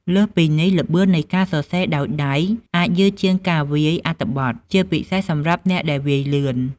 លើសពីនេះ ល្បឿននៃការសរសេរដោយដៃអាច យឺតជាងការវាយ អត្ថបទ ជាពិសេសសម្រាប់អ្នកដែលវាយលឿន។